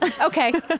Okay